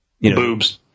Boobs